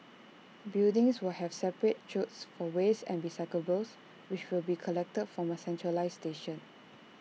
buildings will have separate chutes for waste and recyclables which will be collected from A centralised station